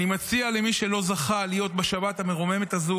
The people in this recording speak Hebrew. אני מציע למי שלא זכה להיות בשבת המרוממת הזו